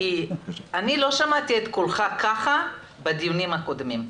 כי אני לא שמעתי את קולך כך בדיונים הקודמים.